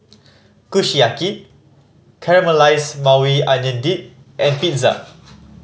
Kushiyaki Caramelize Maui Onion Dip and Pizza